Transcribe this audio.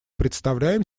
представляем